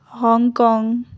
Hong Kong